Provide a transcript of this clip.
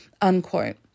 unquote